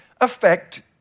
affect